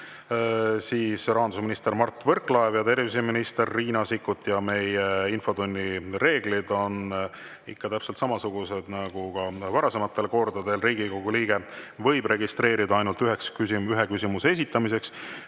rahandusminister Mart Võrklaev ja terviseminister Riina Sikkut. Meie infotunni reeglid on ikka täpselt samasugused nagu varasematel kordadel. Riigikogu liige võib registreerida ainult ühe küsimuse esitamiseks.